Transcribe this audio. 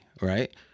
right